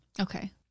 Okay